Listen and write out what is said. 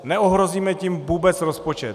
Neohrozíme tím vůbec rozpočet.